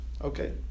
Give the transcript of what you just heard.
okay